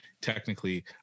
technically